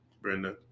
Brenda